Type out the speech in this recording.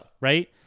Right